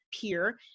peer